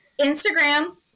Instagram